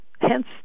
hence